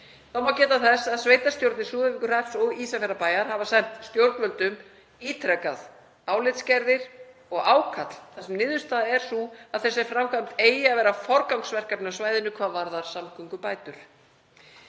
Það má geta þess að sveitarstjórnir Súðavíkurhrepps og Ísafjarðarbæjar hafa sent stjórnvöldum ítrekað álitsgerðir og ákall þar sem niðurstaðan er sú að þessi framkvæmd eigi að vera forgangsverkefni á svæðinu hvað varðar samgöngubætur.